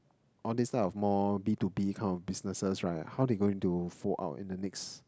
all these types of more B-to-B kind of businesses right how they going to fold out in the next